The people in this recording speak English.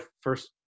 first